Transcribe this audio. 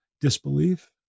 disbelief